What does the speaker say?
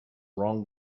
wrong